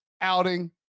outing